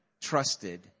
trusted